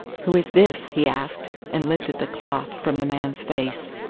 who is this? he asked, and lifted the cloth from the man's face.